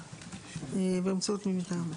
בסדר, אבל מה קורה אם הוא לא מודיע?